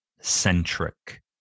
centric